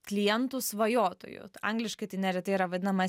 klientų svajotojų angliškai tai neretai yra vadinama